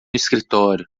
escritório